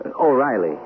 O'Reilly